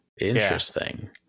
Interesting